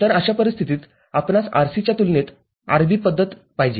तरअशा परिस्थितीत आपणास RC च्या तुलनेत RB पध्दत पाहिजे